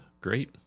great